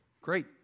great